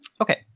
Okay